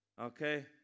Okay